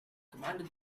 commanded